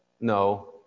no